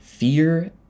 Fear